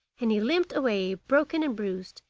and he limped away broken and bruised,